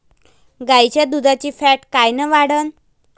गाईच्या दुधाची फॅट कायन वाढन?